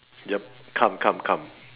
yup come come come